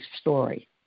story